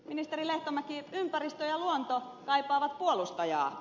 ministeri lehtomäki ympäristö ja luonto kaipaavat puolustajaa